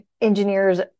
engineers